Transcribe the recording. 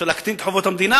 אפשר להקטין את חובות המדינה,